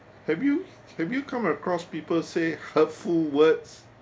have you have you come across people say hurtful words